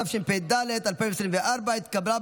התשפ"ד 2024, נתקבל.